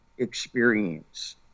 experience